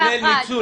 אבל זה קבוצה אחת.